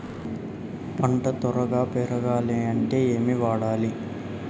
పంట తొందరగా పెరగాలంటే ఏమి వాడాలి?